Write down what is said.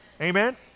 Amen